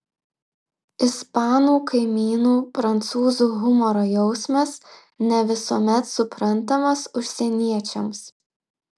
ispanų kaimynų prancūzų humoro jausmas ne visuomet suprantamas užsieniečiams